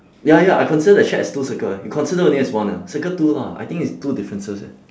ya ya I consider the shack as two circle eh you consider only as one ah circle two lah I think it's two differences eh